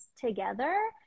together